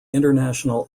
international